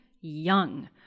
young